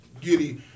giddy